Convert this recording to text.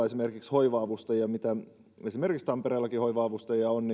esimerkiksi hoiva avustajia esimerkiksi tampereellakin hoiva avustajia on